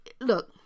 look